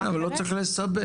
אז את הכסף של ההשקעה להצללה,